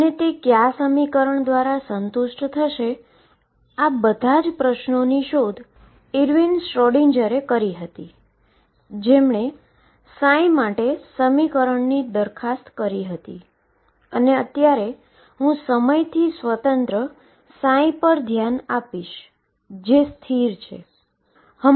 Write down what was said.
આ સમીકરણ 22md2xdx2Eψx હતું અને ફરીથી હું એ n મૂકવા જઇ રહ્યો છું તે દર્શાવે છે કે ત્યાં આઈગન ફંક્શન છે